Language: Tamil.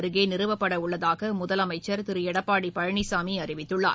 அருகே நிறுவப்பட உள்ளதாக முதலமைச்சர் திரு எடப்பாடி பழனிசாமி அறிவித்துள்ளார்